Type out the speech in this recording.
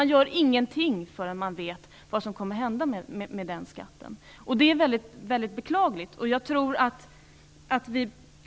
Man gör ingenting förrän man vet hur det blir med den skatten, vilket är beklagligt.